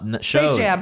shows